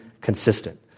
consistent